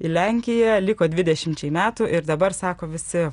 į lenkiją liko dvidešimčiai metų ir dabar sako visi